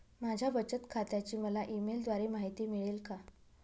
माझ्या बचत खात्याची मला ई मेलद्वारे माहिती मिळेल का?